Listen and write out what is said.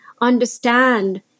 understand